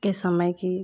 के समय की